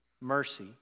mercy